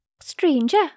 Stranger